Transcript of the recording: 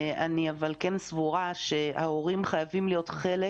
אני כן סבורה שההורים חייבים להיות חלק